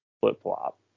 flip-flop